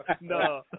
No